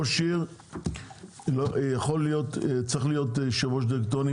ראש עיר צריך להיות יושב ראש דירקטוריון,